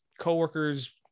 coworkers